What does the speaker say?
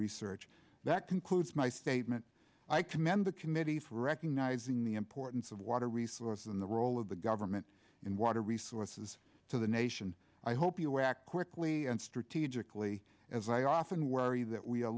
research that concludes my statement i commend the committee for recognizing the importance of water resources and the role of the government in water resources to the nation i hope you will act quickly and strategically as i often worry that we are